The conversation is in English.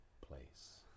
place